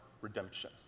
redemption